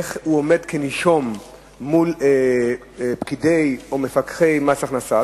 ואיך אדם עומד כנישום מול פקידי או מפקחי מס הכנסה,